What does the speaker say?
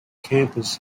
campus